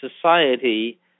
society